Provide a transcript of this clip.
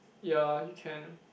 ya you can